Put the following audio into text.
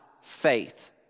faith